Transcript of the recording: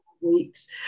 weeks